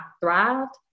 thrived